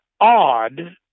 odd